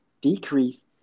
decrease